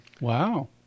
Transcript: Wow